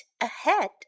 Ahead